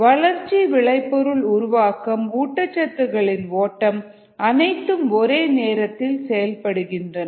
வளர்ச்சி விளைபொருள் உருவாக்கம் ஊட்டச்சத்துக்களின் ஓட்டம் அனைத்தும் ஒரே நேரத்தில் செயல்படுகின்றன